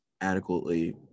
adequately